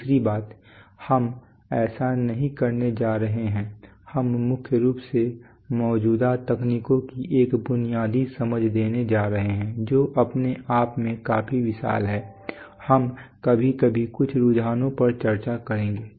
दूसरी बात हम ऐसा नहीं करने जा रहे हैं हम मुख्य रूप से मौजूदा तकनीकों की एक बुनियादी समझ देने जा रहे हैं जो अपने आप में काफी विशाल है हम कभी कभी कुछ रुझानों पर चर्चा करेंगे